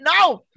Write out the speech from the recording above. no